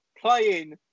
playing